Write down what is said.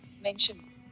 mention